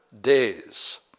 days